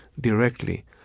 directly